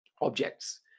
objects